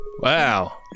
Wow